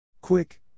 Quick